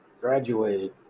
graduated